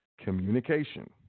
communication